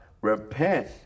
repent